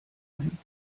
ein